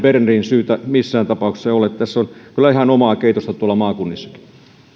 bernerin syytä missään tapauksessa ole tässä on kyllä ihan omaa keitosta tuolla maakunnissakin